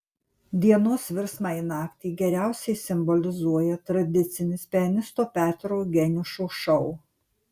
dienos virsmą į naktį geriausiai simbolizuoja tradicinis pianisto petro geniušo šou